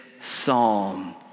psalm